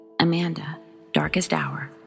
amandadarkesthour